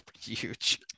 huge